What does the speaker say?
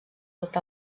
tot